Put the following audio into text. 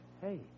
Hey